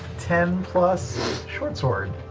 ten plus shortsword.